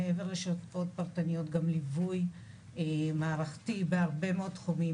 מעבר לשעות פרטניות גם ליווי מערכתי בהרבה מאוד תחומים,